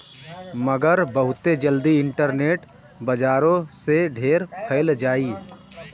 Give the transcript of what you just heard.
मगर बहुते जल्दी इन्टरनेट बजारो से ढेर फैल जाई